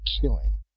killing